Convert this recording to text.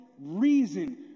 reason